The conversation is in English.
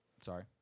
sorry